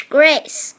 Grace